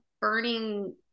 burning